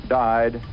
died